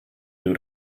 due